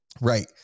right